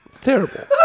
Terrible